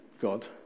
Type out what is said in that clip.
God